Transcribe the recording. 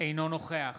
אינו נוכח